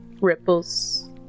ripples